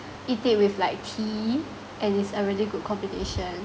eat it with like tea and is already good combination